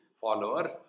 followers